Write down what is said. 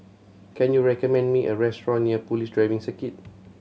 can you recommend me a restaurant near Police Driving Circuit